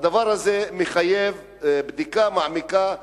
הדבר הזה מחייב בדיקה מעמיקה.